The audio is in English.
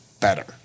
better